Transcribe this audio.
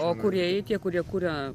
o kūrėjai tie kurie kuria